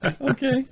Okay